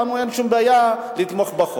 לנו אין שום בעיה לתמוך בחוק.